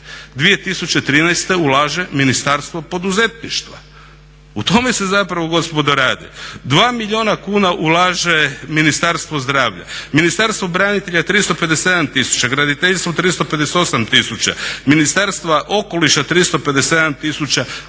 2013. ulaže Ministarstvo poduzetništva. O tome se zapravo gospodo radi. 2 milijuna kuna ulaže Ministarstvo zdravlja, Ministarstvo branitelja 357 000, graditeljstvo 358 000, Ministarstvo okoliša 357 000,